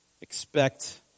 Expect